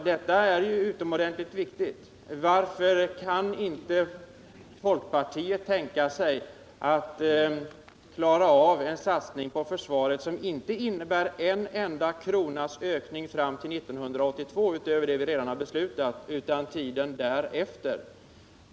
Detta är utomordentligt viktigt. Varför kan inte folkpartiet tänka sig att klara av en satsning på försvaret som inte innebär en enda kronas ökning fram till 1982 utöver det vi redan beslutat om. Ökningen gäller ju tiden därefter.